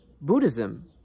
Buddhism